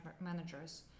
managers